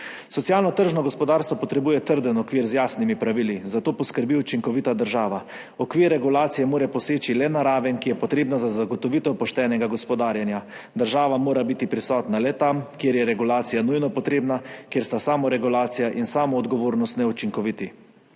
Socialno tržno gospodarstvo potrebuje trden okvir z jasnimi pravili, za to poskrbi učinkovita država, okvir regulacije mora poseči le na raven, ki je potrebna za zagotovitev poštenega gospodarjenja, država mora biti prisotna le tam, kjer je regulacija nujno potrebna, kjer sta samoregulacija in samoodgovornost neučinkoviti.